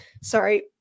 sorry